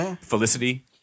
Felicity